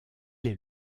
est